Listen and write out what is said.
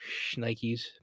Nikes